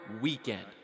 weekend